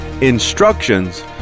instructions